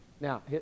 Now